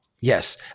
Yes